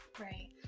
Right